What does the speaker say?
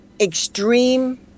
extreme